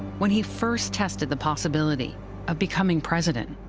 when he first tested the possibility of becoming president.